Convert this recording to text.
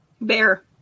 bear